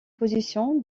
position